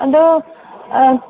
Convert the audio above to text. ꯑꯗꯣ ꯑꯥ